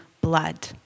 blood